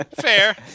fair